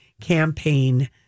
campaign